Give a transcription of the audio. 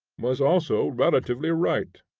was also relatively right.